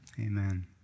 Amen